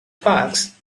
parkes